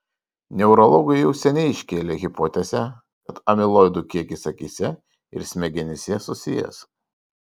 neurologai jau seniai iškėlė hipotezę kad amiloidų kiekis akyse ir smegenyse susijęs